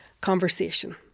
conversation